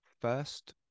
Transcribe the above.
first